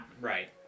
Right